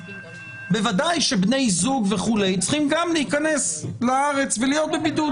בוודאי שבני זוג צריכים להיכנס לארץ ולהיות בבידוד.